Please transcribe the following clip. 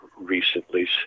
recently